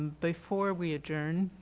before we adjourned,